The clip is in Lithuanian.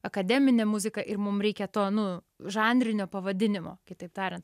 akademinę muziką ir mum reikia to nu žanrinio pavadinimo kitaip tariant